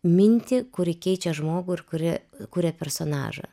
mintį kuri keičia žmogų ir kuri kuria personažą